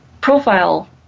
profile